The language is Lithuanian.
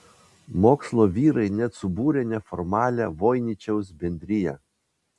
mokslo vyrai net subūrė neformalią voiničiaus bendriją